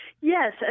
Yes